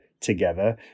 together